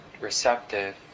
receptive